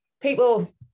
people